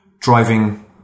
driving